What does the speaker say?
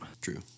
True